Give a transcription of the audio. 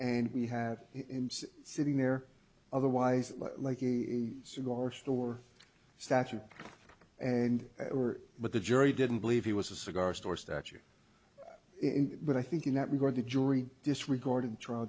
and we have him sitting there otherwise like a cigar store statute and what the jury didn't believe he was a cigar store statue it but i think in that regard the jury disregarded trial